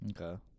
Okay